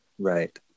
Right